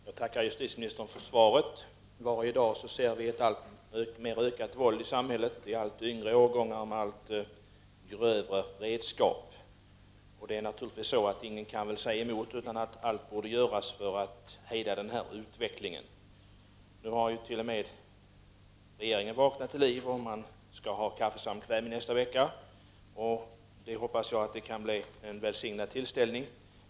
Herr talman! Jag tackar justitieministern för svaret. Varje dag ser vi hur våldet i samhället ökar. Våldet utövas av allt yngre personer och med allt grövre redskap. Ingen har naturligtvis någon annan mening än att allt borde göras för att hejda denna utveckling. Nu har t.o.m. regeringen vaknat till liv, och man skall ha ett kaffesamkväm i nästa vecka. Jag hoppas att det blir en välsignad tillställning.